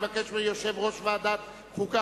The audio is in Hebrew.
אני מבקש מיושב-ראש ועדת החוקה,